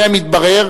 הנה מתברר